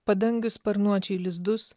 padangių sparnuočiai lizdus